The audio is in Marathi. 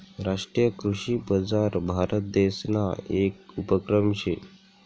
राष्ट्रीय कृषी बजार भारतदेसना येक उपक्रम शे